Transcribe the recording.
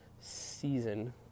season